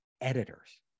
editors